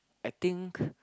I think